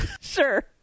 Sure